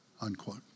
unquote